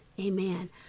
Amen